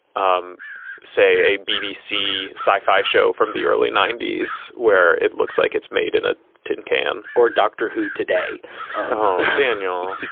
um say, a bbc sci fi show from the early ninety s where it looks like it's made in a tin can or a doctor who today daniel,